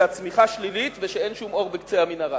שהצמיחה שלילית ושאין שום אור בקצה המנהרה.